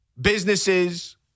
businesses